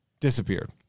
disappeared